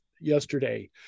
yesterday